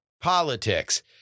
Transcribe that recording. politics